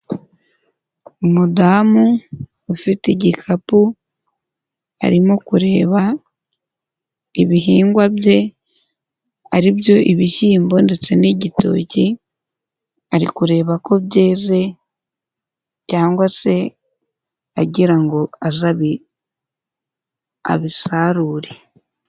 Umudamu ufite igikapu arimo kureba ibihingwa bye; aribyo ibishyimbo, ndetse n'igitoki ari kureba ko byeze cyangwa se agira ngo aza abisarure.